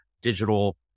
digital